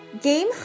Game